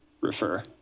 refer